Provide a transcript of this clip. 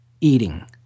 eating